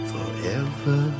Forever